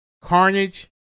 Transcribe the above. Carnage